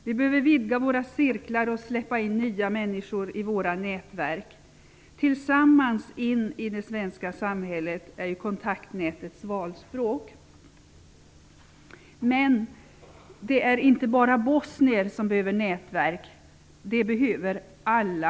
Vi behöver vidga våra cirklar och släppa in nya människor i våra nätverk. ''Tillsammans in i det svenska samhället'' är Kontaktnätets valspråk. Det är dock inte bara bosnier som behöver nätverk. Det behöver alla.